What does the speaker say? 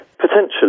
Potentially